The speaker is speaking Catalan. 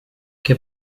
què